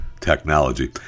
Technology